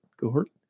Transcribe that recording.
cohort